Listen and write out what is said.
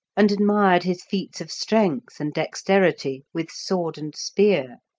and admired his feats of strength and dexterity with sword and spear.